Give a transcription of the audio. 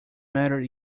matter